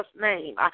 name